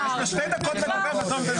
רגע, מיכל, זה דיון על בנות השירות?